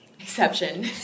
Exception